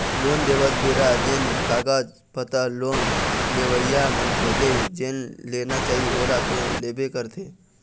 loan देवत बेरा जेन कागज पतर लोन लेवइया मनखे ले जेन लेना चाही ओला तो लेबे करथे